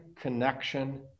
connection